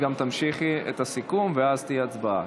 גם תמשיכי את הסיכום, ואז תהיה הצבעה.